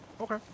Okay